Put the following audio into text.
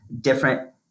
different